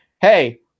hey